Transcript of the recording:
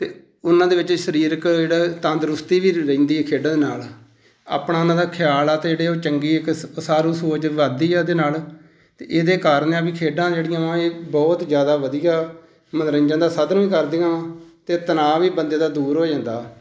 ਅਤੇ ਉਹਨਾਂ ਦੇ ਵਿੱਚ ਸਰੀਰਕ ਜਿਹੜਾ ਤੰਦਰੁਸਤੀ ਵੀ ਰਹਿੰਦੀ ਹੈ ਖੇਡਾਂ ਦੇ ਨਾਲ ਆਪਣਾ ਉਹਨਾਂ ਦਾ ਖਿਆਲ ਆ ਅਤੇ ਜਿਹੜੇ ਉਹ ਚੰਗੀ ਇੱਕ ਅਸ ਉਸਾਰੂ ਸੋਚ ਵੱਧਦੀ ਆ ਉਹਦੇ ਨਾਲ ਅਤੇ ਇਹਦੇ ਕਾਰਨ ਆ ਵੀ ਖੇਡਾਂ ਜਿਹੜੀਆਂ ਵਾ ਇਹ ਬਹੁਤ ਜ਼ਿਆਦਾ ਵਧੀਆ ਮਨੋਰੰਜਨ ਦਾ ਸਾਧਨ ਕਰਦੀਆਂ ਵਾ ਅਤੇ ਤਣਾਅ ਵੀ ਬੰਦੇ ਦਾ ਦੂਰ ਹੋ ਜਾਂਦਾ